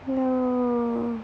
ya